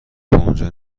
اونجا